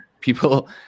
people